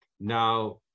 Now